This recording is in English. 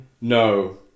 No